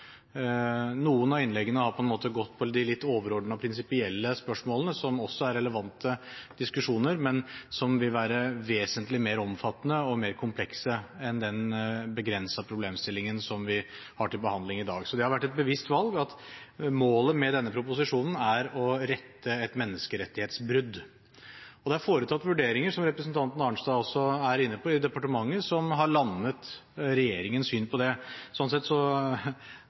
Noen av innleggene har på en måte dreid seg om de litt overordnede prinsipielle spørsmålene, som også er relevante diskusjoner, men som vil være vesentlig mer omfattende og mer komplekse enn den begrensede problemstillingen som vi har til behandling i dag. Så det har vært et bevisst valg at målet med denne proposisjonen er å rette opp et menneskerettighetsbrudd. Det er foretatt vurderinger – som representanten Arnstad også er inne på – i departementet som har landet regjeringens syn på det. Sånn sett